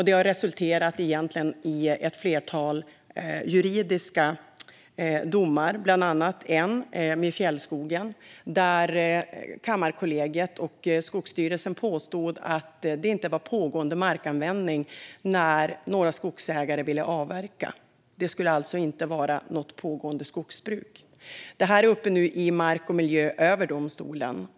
Det har resulterat i ett flertal juridiska domar, bland annat en om fjällskogen, där Kammarkollegiet och Skogsstyrelsen påstod att det inte var pågående markanvändning när några skogsägare ville avverka. Det skulle alltså inte vara något pågående skogsbruk. Det är nu uppe i Mark och miljööverdomstolen.